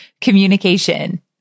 communication